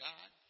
God